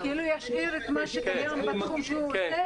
להשאיר את מה שקיים בתחום שהוא רוצה?